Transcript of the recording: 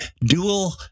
Dual